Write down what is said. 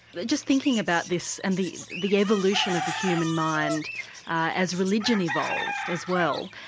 just thinking about this and the the evolution of the human mind as religion evolved as well,